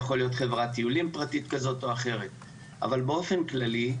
זה יכול חברת טיולים פרטית כזאת או אחרת אבל באופן כללי,